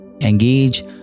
Engage